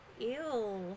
Ew